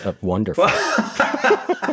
wonderful